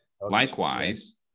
Likewise